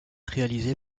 réalisée